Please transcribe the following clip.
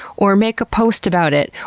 or make a post about it,